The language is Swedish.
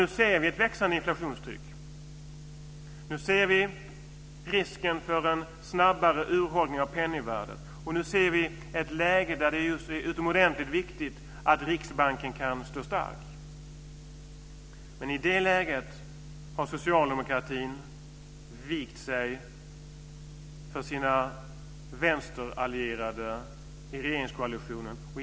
Nu ser vi ett växande inflationstryck. Det finns risk för en snabbare urholkning av penningvärdet. Vi befinner oss i ett läge där det är utomordentligt viktigt att Riksbanken kan stå stark. Men i det läget har socialdemokratin vikt sig för sina vänsterallierade i regeringskoalitionen.